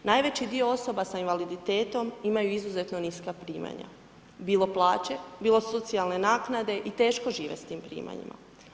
Najveći dio osoba sa invaliditetom imaju izuzetno niska primanja, bilo plaće, bilo socijalne naknade i teško žive s tim primanjima.